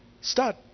Start